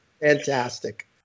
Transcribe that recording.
fantastic